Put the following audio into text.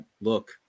Look